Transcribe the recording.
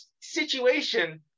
situation